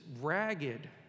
ragged